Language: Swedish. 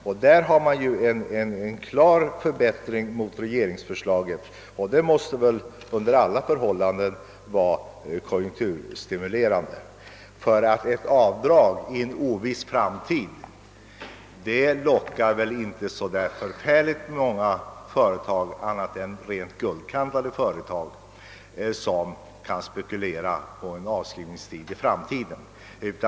Där innebär vårt förslag under alla förhållanden en klar konjunkturstimulans och är klart bättre än regeringens förslag. Möjligheten att kunna göra avdrag i en oviss framtid lockar väl inte många andra än guldkantade företag. De kan spekulera i sådana avskrivningar i framtiden.